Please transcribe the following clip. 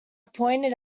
pointed